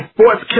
Sports